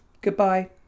goodbye